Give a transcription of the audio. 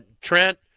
Trent